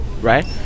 right